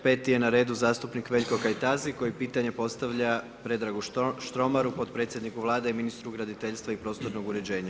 Peti je na redu zastupnik Veljko Kajtazi, koji pitanje postavlja Predragu Štromaru, potpredsjedniku Vladu i ministru graditeljstva i prostornog uređenja.